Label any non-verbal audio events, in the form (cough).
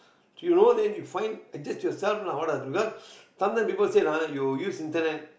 you know then you find adjust yourself lah what are because (breath) sometimes people say ah you use internet